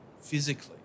physically